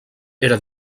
era